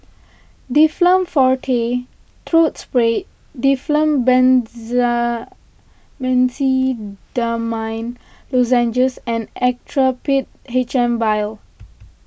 Difflam forte Throat Spray Difflam Benzydamine Lozenges and Actrapid H M vial